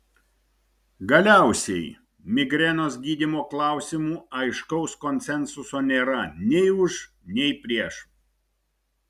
galiausiai migrenos gydymo klausimu aiškaus konsensuso nėra nei už nei prieš